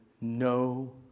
no